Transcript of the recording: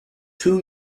two